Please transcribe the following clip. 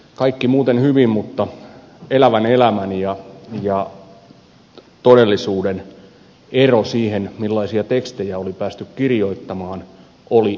kaikki muuten hyvin mutta elävän elämän ja todellisuuden ero siihen millaisia tekstejä oli päästy kirjoittamaan oli aika suuri